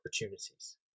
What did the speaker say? opportunities